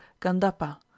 Gandapa